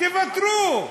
תוותרו.